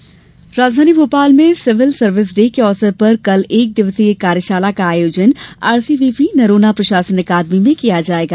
कार्यशाला राजधानी भोपाल में सिविल सर्विस डे के अवसर पर कल एक दिवसीय कार्यशाला का आयोजन आरसीव्हीपी नरोन्हा प्रशासन अकादमी में किया जायेगा